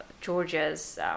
Georgia's